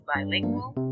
Bilingual